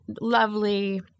lovely